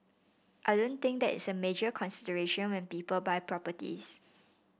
I don't think that is a major consideration when people buy properties